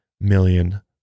million